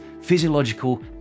physiological